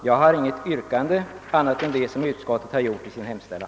Jag har inget annat yrkande än det som utskottet gjort i sin hemställan.